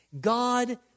God